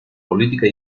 política